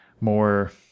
more